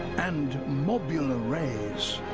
and mobula rays.